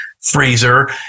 freezer